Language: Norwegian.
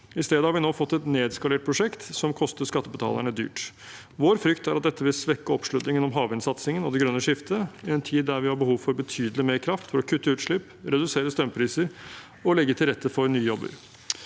I stedet har vi nå fått et nedskalert prosjekt som koster skattebetalerne dyrt. Vår frykt er at dette vil svekke oppslutningen om havvindsatsingen og det grønne skiftet i en tid da vi har behov for betydelig mer kraft for å kutte utslipp, redusere strømpriser og legge til rette for nye jobber.